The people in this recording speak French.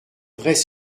vrais